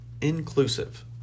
inclusive